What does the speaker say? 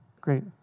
great